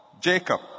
Jacob